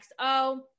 xo